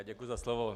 Děkuji za slovo.